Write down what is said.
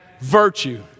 virtue